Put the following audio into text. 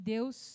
Deus